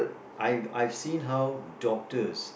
I've I've seen how doctors